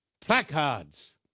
placards